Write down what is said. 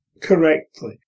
correctly